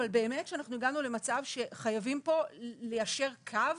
אבל באמת אנחנו הגענו למצב שחייבים פה ליישר קו,